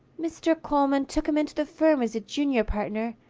mr. coleman took him into the firm as a junior partner,